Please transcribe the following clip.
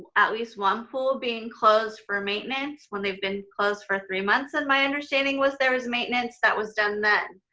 at least one pool being closed for maintenance when they've been closed for three months and my understanding was there was maintenance that was done then.